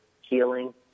healing